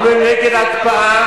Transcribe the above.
אנחנו היינו נגד הקפאה.